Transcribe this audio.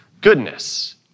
goodness